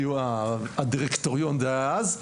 הדירקטוריון דאז,